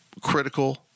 critical